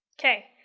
Okay